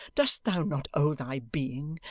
dost thou not owe thy being,